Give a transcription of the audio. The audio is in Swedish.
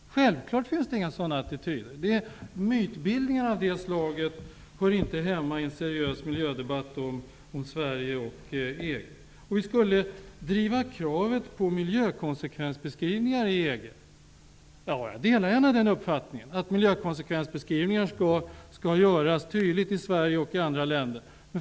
Självfallet finns det inga sådana attityder. Mytbildningar av det slaget hör inte hemma i en seriös miljödebatt om Det sägs att vi skulle driva kravet på miljökonsekvensbeskrivningar i EG. Jag delar gärna uppfattningen att miljökonsekvensbeskrivningar skall göras tydligt i Sverige och i andra länder.